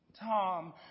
Tom